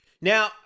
Now